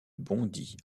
bondy